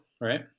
right